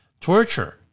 torture